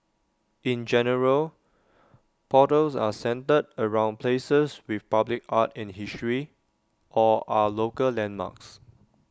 in general portals are centred around places with public art and history or are local landmarks